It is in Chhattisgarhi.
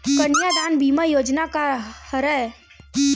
कन्यादान बीमा योजना का हरय?